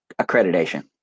accreditation